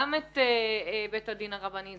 גם את בית הדין הרבני.